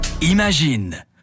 Imagine